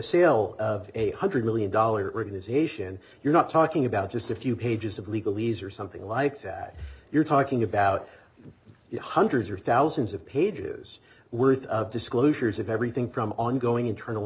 sale of eight hundred million dollars organization you're not talking about just a few pages of legal ease or something like that you're talking about the hundreds or thousands of pages worth of disclosures of everything from ongoing internal